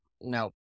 no